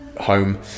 home